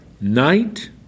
Night